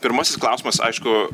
pirmasis klausimas aišku